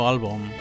album